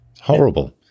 Horrible